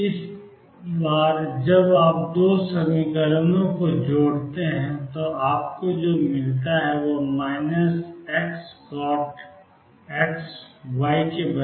इस बार जब आप दो समीकरणों को जोड़ते हैं तो आपको जो मिलता है वह है Xcot X Y